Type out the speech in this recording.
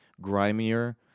grimier